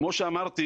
כמו שאמרתי,